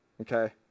okay